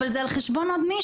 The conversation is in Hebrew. אבל זה על חשבון מישהו,